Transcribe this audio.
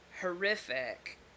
horrific